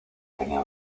tenía